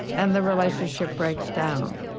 and the relationship breaks down.